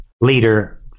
leader